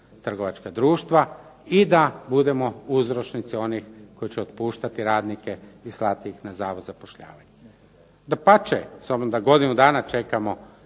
trgovačka društva i da budemo uzročnici onih koji će otpuštati radnike i slati ih na Zavod za zapošljavanje. Dapače, s obzirom da godinu dana čekamo,